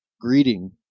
greeting